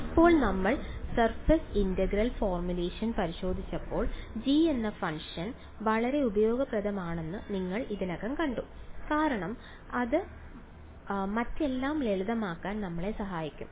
ഇപ്പോൾ നമ്മൾ surface integral formulation പരിശോധിച്ചപ്പോൾ g എന്ന ഫംഗ്ഷൻ വളരെ ഉപയോഗപ്രദമാണെന്ന് നിങ്ങൾ ഇതിനകം കണ്ടു കാരണം അത് മറ്റെല്ലാം ലളിതമാക്കാൻ നമ്മളെ സഹായിച്ചു